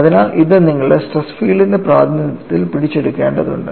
അതിനാൽ ഇത് നിങ്ങളുടെ സ്ട്രെസ് ഫീൽഡിന്റെ പ്രാതിനിധ്യത്തിൽ പിടിച്ചെടുക്കേണ്ടതുണ്ട്